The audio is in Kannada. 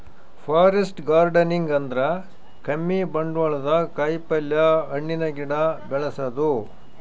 ಫಾರೆಸ್ಟ್ ಗಾರ್ಡನಿಂಗ್ ಅಂದ್ರ ಕಮ್ಮಿ ಬಂಡ್ವಾಳ್ದಾಗ್ ಕಾಯಿಪಲ್ಯ, ಹಣ್ಣಿನ್ ಗಿಡ ಬೆಳಸದು